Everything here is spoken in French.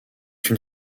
une